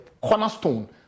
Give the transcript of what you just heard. cornerstone